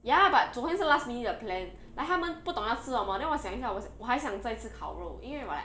ya but 昨天是 last minute 的 plan like 他们不懂要吃什么 then 我想一下我想我还想再吃烤肉因为我 like